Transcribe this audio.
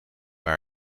bij